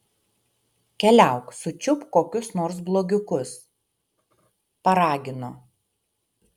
keliauk sučiupk kokius nors blogiukus paragino